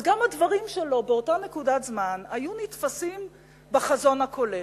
אז גם הדברים שלו באותה נקודת זמן היו נתפסים בחזון הכולל.